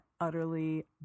utterly